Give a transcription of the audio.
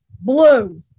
Blue